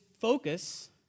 focus